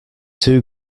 too